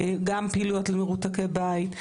גם פעילויות למרותקי בית.